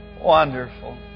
Wonderful